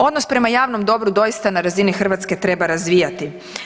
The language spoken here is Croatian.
Odnosno prema javnom dobru doista na razini Hrvatske treba razvijati.